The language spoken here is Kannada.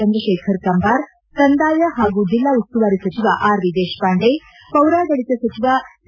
ಚಂದ್ರಶೇಖರ ಕಂಬಾರಕಂದಾಯ ಹಾಗೂ ಜಿಲ್ಲಾ ಉಸ್ತುವಾರಿ ಸಚಿವ ಆರ್ ವಿ ದೇಶವಾಂಡೆ ಪೌರಾಡಳಿತ ಸಚಿವ ಸಿ